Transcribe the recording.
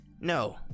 No